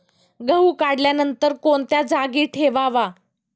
गहू काढल्यानंतर कोणत्या जागी ठेवावा?